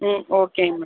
ம் ஓகேங்க மேம்